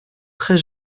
très